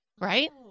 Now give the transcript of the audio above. Right